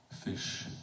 fish